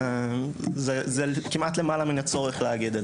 זה כמעט למעלה מן הצורך להגיד את